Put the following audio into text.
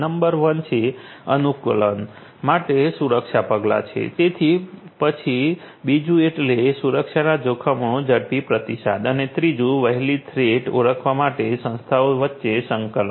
number 1 છે અનુકૂલન માટે સુરક્ષા પગલાં છે તે પછી બીજું એટલે સુરક્ષાના જોખમોનો ઝડપી પ્રતિસાદ અને ત્રીજું વહેલી થ્રેટ ઓળખવા માટે સંસ્થાઓ વચ્ચે સંકલન